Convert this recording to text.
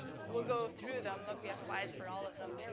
we'll go through them. look, we have slides for all of them.